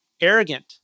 arrogant